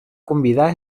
convidar